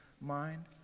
mind